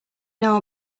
know